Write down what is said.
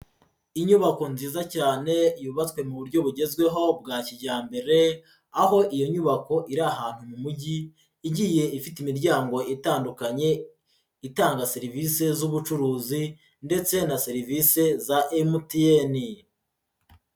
Inyubako nziza cyane yubatswe mu buryo bugezweho bwa kijyambere, aho iyo nyubako iri ahantu mu Mujyi igiye ifite imiryango itandukanye itanga serivisi z'ubucuruzi ndetse na serivisi za MTN.